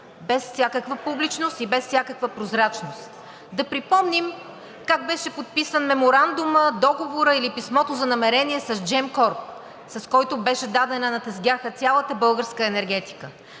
без всякаква публичност и без всякаква прозрачност. Да припомним как беше подписан меморандумът, договорът или писмото за намерение с „Джемкорп“, с който беше дадена на тезгяха цялата българска енергетика.